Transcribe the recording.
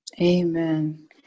amen